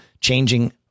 changing